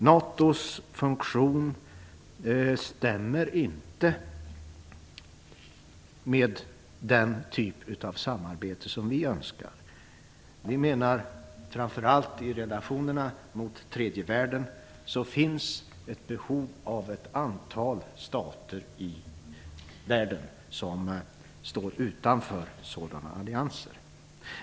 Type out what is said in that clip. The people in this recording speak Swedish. NATO:s funktion överensstämmer inte med den typ av samarbete som vi önskar. Vi menar att det framför allt i relationerna med tredje världen finns ett behov av ett antal stater i världen som står utanför sådana allianser.